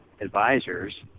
advisors